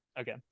Okay